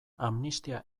amnistia